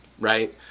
Right